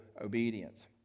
obedience